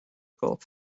gulf